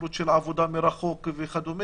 אפשרות עבודה מרחוק וכדו',